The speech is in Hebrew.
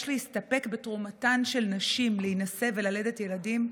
להסתפק בתרומתן של נשים בלהינשא וללדת ילדים,